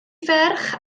ferch